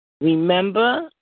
Remember